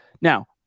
Now